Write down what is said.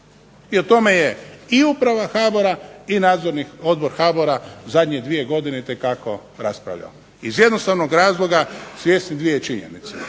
I u tome je i uprava HBOR-a i Nadzorni odbor HBOR-a zadnje dvije godine itekako raspravljao iz jednostavnog razloga svjesni dvije činjenice.